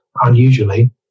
unusually